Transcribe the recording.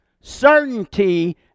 Certainty